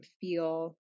feel